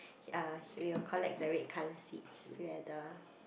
he uh he will collect the red colour seeds together